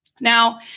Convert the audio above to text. Now